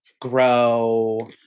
grow